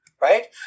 Right